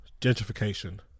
gentrification